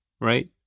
right